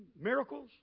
miracles